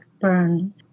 burn